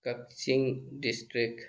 Kakching district